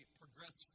progress